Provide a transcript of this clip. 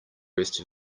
rest